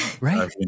Right